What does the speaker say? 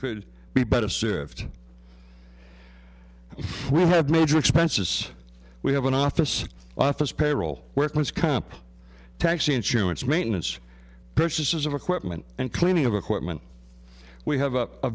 could be better served we have major expenses we have an office office payroll weapons comp tax insurance maintenance purchases of equipment and cleaning of equipment we have